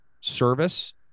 service